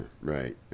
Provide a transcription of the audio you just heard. right